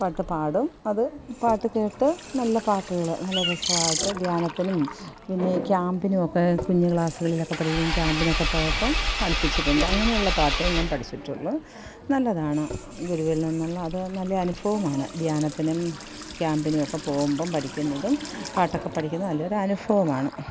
പാട്ടു പാടും അതു പാട്ടു കേട്ടു നല്ല പാട്ടുകൾ നല്ല രസമായിട്ട് ധ്യാനത്തിനും പിന്നെ ക്യാമ്പിനും ഒക്കെ കുഞ്ഞു ക്ലാസ്സുകളിലൊക്കെ പഠിക്കുമ്പോൾ ക്യാമ്പിനൊക്കെ പോയപ്പോൾ പഠിപ്പിച്ചിട്ടുണ്ട് അങ്ങനെയുള്ള പാട്ടെ ഞാൻ പഠിച്ചിട്ടുള്ളു നല്ലതാണ് ഗുരുവിൽ നിന്നുള്ള നല്ല അനുഭവമാണ് ധ്യാനത്തിനും ക്യാമ്പിനും ഒക്കെ പോകുമ്പം പഠിക്കുന്നതും പാട്ടൊക്കെ പഠിക്കുന്നതും നല്ലൊരു അനുഭവമാണ്